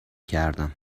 کردم